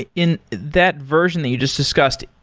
ah in that version that you just discussed,